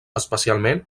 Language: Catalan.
especialment